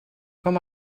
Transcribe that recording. com